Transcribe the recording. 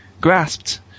grasped